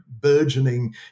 burgeoning